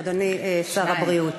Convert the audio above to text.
אדוני שר הבריאות.